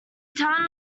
town